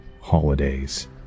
Holidays